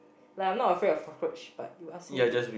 like I'm not afraid of cockroach but you ask me to